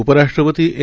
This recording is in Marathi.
उपराष्ट्रपती एम